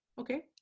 okay